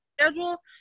schedule